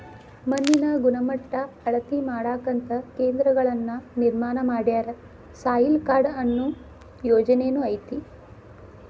ಮಣ್ಣಿನ ಗಣಮಟ್ಟಾ ಅಳತಿ ಮಾಡಾಕಂತ ಕೇಂದ್ರಗಳನ್ನ ನಿರ್ಮಾಣ ಮಾಡ್ಯಾರ, ಸಾಯಿಲ್ ಕಾರ್ಡ ಅನ್ನು ಯೊಜನೆನು ಐತಿ